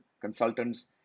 consultants